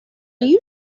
you